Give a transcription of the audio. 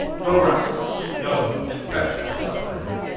go, rascals, go and fetch my supper in.